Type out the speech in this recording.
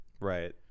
right